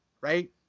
right